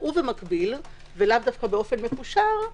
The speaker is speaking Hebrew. במקביל ולאו דווקא באופן מקושר,